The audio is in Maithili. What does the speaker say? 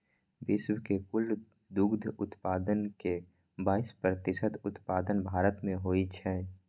विश्व के कुल दुग्ध उत्पादन के बाइस प्रतिशत उत्पादन भारत मे होइ छै